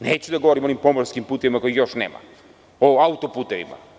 Neću da govorim o onim pomorskim putevima kojih još nema, o autoputevima.